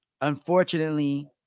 Unfortunately